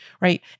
right